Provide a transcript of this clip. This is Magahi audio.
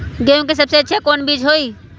गेंहू के सबसे अच्छा कौन बीज होई?